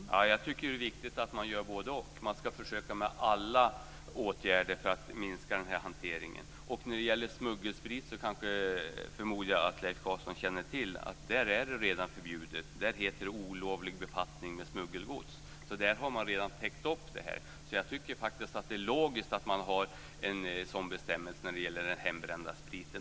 Herr talman! Jag tycker att det är viktigt att man gör både-och. Man ska försöka med alla åtgärder för att minska den här hanteringen. När det gäller smuggelsprit förmodar jag att Leif Carlson känner till att innehavet redan är förbjudet. Där heter det olovlig befattning med smuggelgods. Där har man alltså redan täckt det här. Jag tycker faktiskt att det är logiskt att man har en sådan bestämmelse också när det gäller den hembrända spriten.